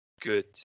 good